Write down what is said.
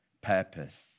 purpose